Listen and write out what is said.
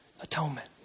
atonement